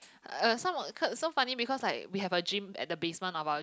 uh some cause so funny because like we have a gym at the basement of our